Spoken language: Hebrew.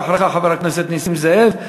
ואחריך, חבר הכנסת נסים זאב.